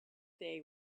they